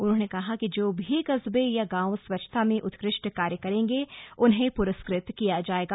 उन्होंने कहा कि जो भी कस्बे या गांव स्वच्छता में उत्कृष्ट कार्य करेंगे उन्हें पुरस्कृत किया जाएगा